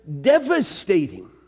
devastating